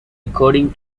according